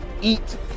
eat